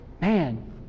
man